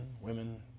women